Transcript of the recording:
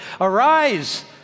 Arise